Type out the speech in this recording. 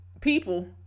people